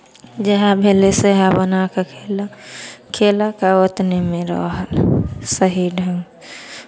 जएह भेलै सएह बना कऽ खयलक खयलक आ उतनेमे रहल सही ढङ्ग